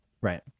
Right